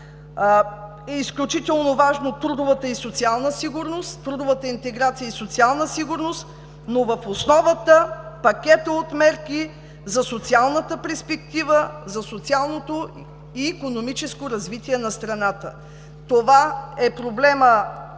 сигурност, трудовата интеграция и социална сигурност, но в основата е пакетът от мерки за социалната перспектива, за социалното и икономическо развитие на страната. Това е проблемът!